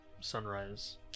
sunrise